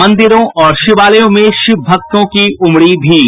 मंदिरों और शिवालयों में शिवभक्तों की उमड़ी भीड़